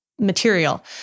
material